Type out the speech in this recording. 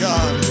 God